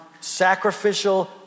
sacrificial